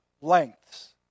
lengths